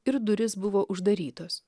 ir durys buvo uždarytos